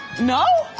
no?